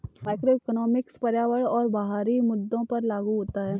macroeconomics पर्यावरण और बाहरी मुद्दों पर लागू होता है